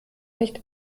nicht